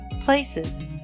places